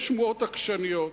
יש שמועות עקשניות